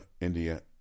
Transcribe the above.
India